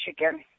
Michigan